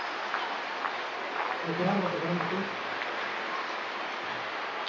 ᱦᱳᱭ ᱠᱷᱮᱨᱣᱟᱞ ᱵᱚᱝᱥᱚ ᱫᱷᱚᱨᱚᱢ ᱯᱩᱛᱷᱤ